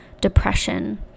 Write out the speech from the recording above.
depression